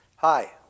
Hi